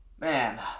Man